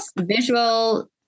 visual